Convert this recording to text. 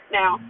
now